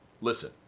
Listen